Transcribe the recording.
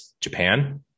Japan